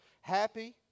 happy